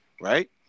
right